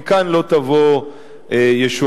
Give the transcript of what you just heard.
מכאן לא תבוא ישועתכם.